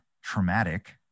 traumatic